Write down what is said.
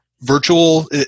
Virtual